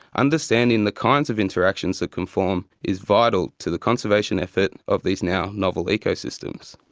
understanding the kinds of interactions that conform is vital to the conservation effort of these now novel ecosystems.